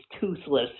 toothless